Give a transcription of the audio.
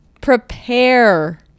prepare